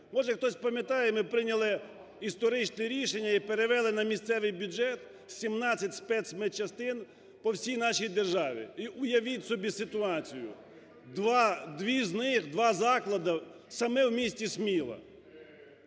Може, хтось пам'ятає, ми прийняли історичне рішення і перевели на місцевий бюджет 17 спецмедчастин по всій нашій державі. І уявіть собі ситуацію, 2 з них, 2 заклади саме в місті Сміла.